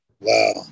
Wow